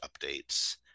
updates